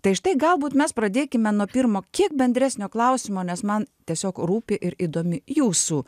tai štai galbūt mes pradėkime nuo pirmo kiek bendresnio klausimo nes man tiesiog rūpi ir įdomi jūsų